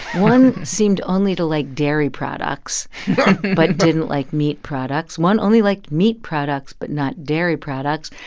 one seemed only to like dairy products but didn't like meat products. one only liked meat products but not dairy products.